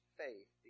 faith